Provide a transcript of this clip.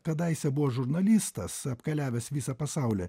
kadaise buvo žurnalistas apkeliavęs visą pasaulį